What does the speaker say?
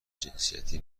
جنسیتی